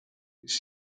please